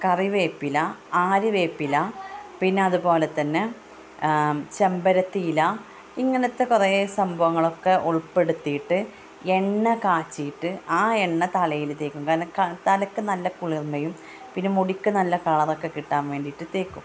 കറിവേപ്പില ആര്യവേപ്പില പിന്നെ അതുപോലെത്തന്നെ ചെമ്പരത്തിയില ഇങ്ങനെത്തെ കുറേ സംഭവങ്ങളൊക്കെ ഉൾപ്പെടുത്തിയിട്ട് എണ്ണ കാച്ചിയിട്ട് ആ എണ്ണ തലയിൽ തേക്കും കാരണം തലക്ക് നല്ല കുളിർമയും പിന്നെ മുടിക്ക് നല്ല കളറൊക്കെ കിട്ടാൻ വേണ്ടിയിട്ട് തേക്കും